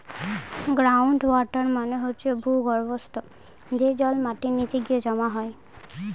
ground water মানে হচ্ছে ভূর্গভস্ত, যে জল মাটির নিচে গিয়ে জমা হয়